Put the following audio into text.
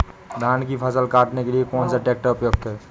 धान की फसल काटने के लिए कौन सा ट्रैक्टर उपयुक्त है?